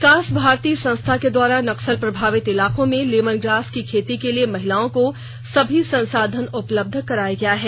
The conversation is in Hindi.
विकास भारती संस्था के द्वारा नकस्ल प्रभावित इलाको में लेमनग्रास की खेती के लिए महिलाओं को सभी संसाधन उपलब्ध कराया गया है